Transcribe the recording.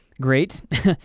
great